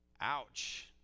ouch